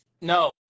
No